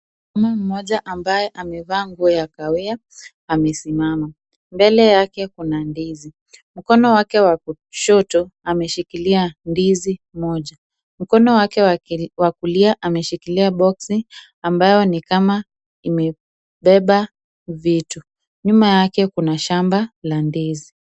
Mama mmoja ambaye amevalia nguo ya kawia amesimama, mbele yake kuna ndizi. Mkono wake wa kushoto ameshikiria ndizi moja. Mkono wake wa kulia ameshikiria box ambayo ni kama imebeba vitu. Nyuma yake kuna shamba la ndizi.